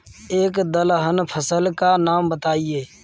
एक दलहन फसल का नाम बताइये